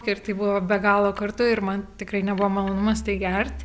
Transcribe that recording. ir tai buvo be galo kartu ir man tikrai nebuvo malonumas tai gert